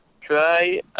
try